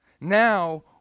Now